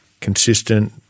consistent